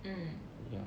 mm